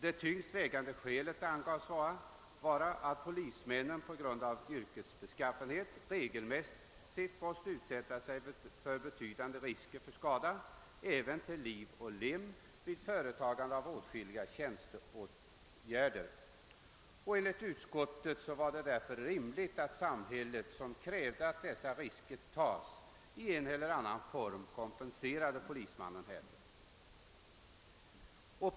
Det tyngst vägande skälet angavs vara att polismännen på grund av yrkets beskaffenhet regelmässigt måste utsätta sig för betydande risker för skada även till liv och lem vid företagande av åtskilliga tjänsteåtgärder. Enligt utskottets mening. var det därför rimligt att samhället, som kräver att dessa risker tas, i en eller annan form kompenserade polismannen härför.